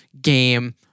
game